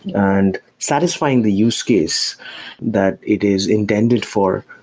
and satisfying the use case that it is intended for.